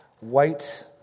white